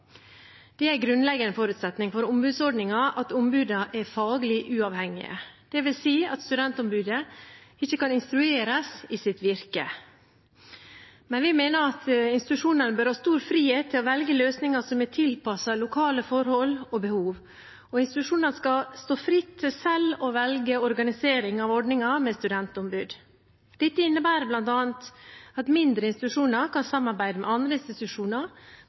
er en grunnleggende forutsetning for ombudsordningen at ombudene er faglig uavhengige. Det vil si at studentombudet ikke kan instrueres i sitt virke. Men vi mener at institusjonene bør ha stor frihet til å velge løsninger som er tilpasset lokale forhold og behov, og institusjonene skal stå fritt til selv å velge organisering av ordningen med studentombud. Dette innebærer bl.a. at mindre institusjoner kan samarbeide med andre institusjoner